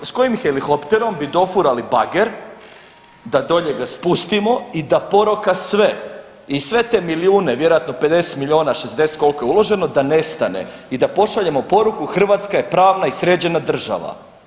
S kojim helikopterom bi dofurali bager da dolje ga spustimo i da poroka sve i sve te milijune, vjerojatno 50 milijuna, 60 koliko je uloženo da nestane i da pošaljemo poruku Hrvatska je pravna i sređena država?